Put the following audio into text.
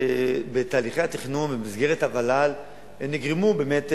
בתהליכי התכנון במסגרת הוול"ל נגרמו באמת